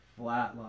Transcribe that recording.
flatline